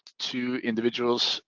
two individuals,